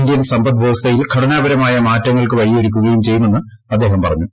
Indian സമ്പദ് വ്യവസ്ഥയിൽ ഘടനാപരമായ മാറ്റങ്ങൾക്ക് വഴിയൊരുക്കുകയും ചെയ്യുമെന്ന് അദ്ദേഹം പറഞ്ഞു